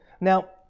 Now